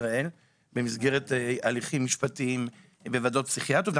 ישראל במסגרת הליכים משפטיים בוועדות פסיכיאטריות.